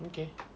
okay